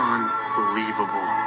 Unbelievable